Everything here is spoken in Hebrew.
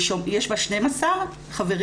יש בה 12 חברים,